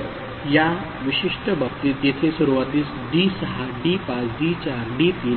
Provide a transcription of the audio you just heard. तर या विशिष्ट बाबतीत येथे सुरुवातीस D6 D5 D4 D3